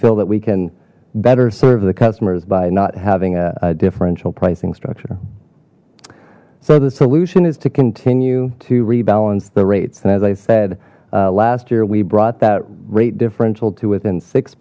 feel that we can better serve the customers by not having a differential pricing structure so the solution is to continue to rebalance the rates and as i said last year we brought that rate differential to within six